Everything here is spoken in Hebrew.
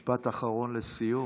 משפט אחרון לסיום.